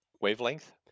wavelength